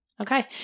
Okay